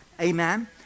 Amen